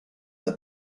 that